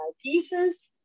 pieces